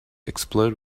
explode